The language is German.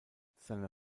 seine